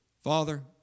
Father